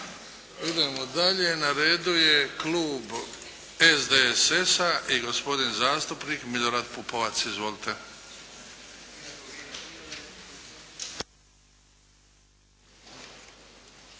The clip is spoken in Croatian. Idemo dalje. Na redu je klub SDSS-a i gospodin zastupnik Milorad Pupovac. Izvolite!